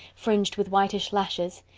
fringed with whitish lashes.